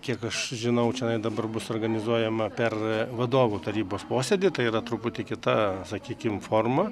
kiek aš žinau čionai dabar bus organizuojama per vadovų tarybos posėdį tai yra truputį kita sakykim forma